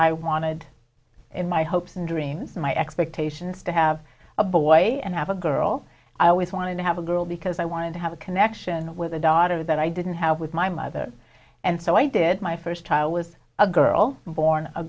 i wanted in my hopes and dreams and my expectations to have a boy and have a girl i always wanted to have a girl because i wanted to have a connection with a daughter that i didn't have with my mother and so i did my first child was a girl born a